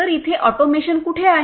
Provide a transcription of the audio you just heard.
तर इथे ऑटोमेशन कुठे आहे